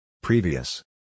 Previous